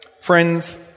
Friends